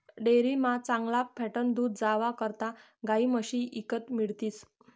डेअरीमा चांगला फॅटनं दूध जावा करता गायी म्हशी ईकत मिळतीस